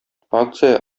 акция